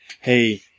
Hey